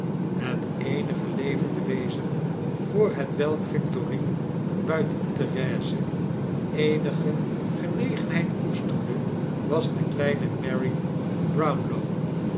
het eenige levende wezen voor hetwelk victorine buiten therese eenige genegenheid koesterde was de kleine mary brownlow